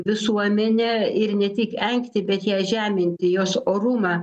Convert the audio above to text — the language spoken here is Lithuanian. visuomenę ir ne tik engti bet ją žeminti jos orumą